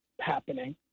happening